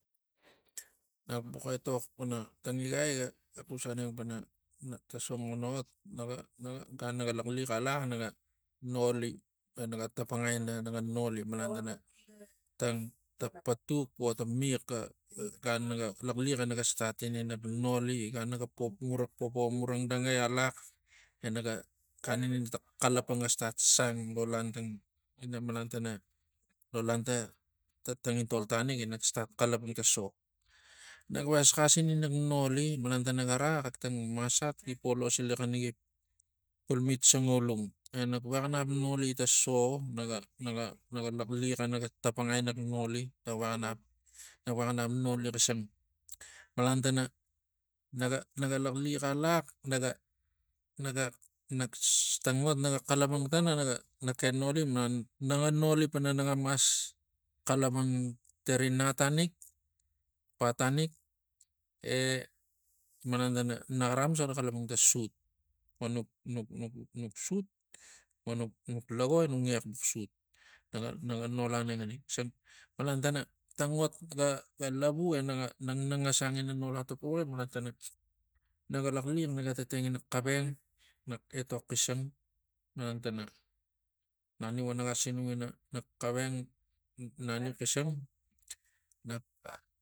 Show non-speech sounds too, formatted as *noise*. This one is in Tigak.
Nak buk etox pana tang igai ga- ga xus aneng pana ta sombuxan ot naga naga gan naga laxliax alax. Naga noli gan naga tapangai ina naga noli malang tana tang patuk vo tang miax ga gan nagan laxliax e naga stat ini nak noli *hesitation* gan napo popo muradangai alax enaga gan ini tang xalapang ga stat sang lo lantangina malan tana lo lanta tangintol tanik e nak stat xalapang ta so. Nak vex xasxas inak noli malan tana gara xak tang masat gipo losilax ina gi palmit sangaulung *hesitation* e nak vexanap noli ta so naga naga naga laxliax enaga tapangai nak noli na vexa nap vexa nap noli xisang malan tana naga naga laxliax alax naga naga nak se tang ngot naga xalapang tana naga noli nagamas xalapan tari natanik pata nik e malan tan a naxara axamus xara xala pang ta sut vo nut- nut lago enuk ngiax sut naga naga nol anengani xisang malan tana tang ot ga- ga lavu enaga nagas ang ina nol atapuxi malan tana naga laxliax naga tatengina xaveng nax etok xisang malan tana naniu vo naga sinuk ina nak xasveng naniu xisang nak ah